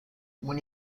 when